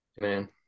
Man